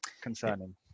concerning